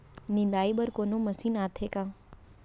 निंदाई बर कोनो मशीन आथे का?